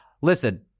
Listen